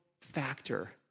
factor